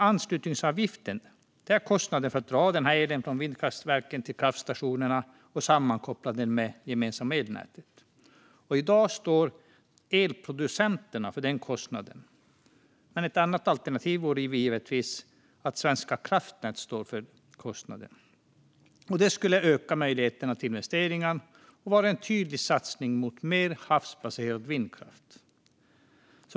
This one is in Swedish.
Anslutningsavgiften är kostnaden för att dra elen från vindkraftverken till kraftstationerna och sammankoppla dem med det gemensamma elnätet. I dag står elproducenterna för den kostnaden, men ett annat alternativ vore givetvis att Svenska kraftnät står för kostnaden. Detta skulle öka möjligheterna till investeringar och vara en tydlig satsning på mer havsbaserad vindkraft.